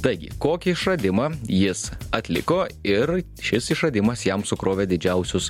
taigi kokį išradimą jis atliko ir šis išradimas jam sukrovė didžiausius